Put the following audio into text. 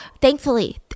thankfully